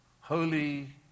holy